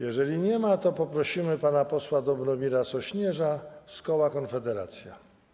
Jeżeli nie ma, to poprosimy pana posła Dobromira Sośnierza z koła Konfederacja.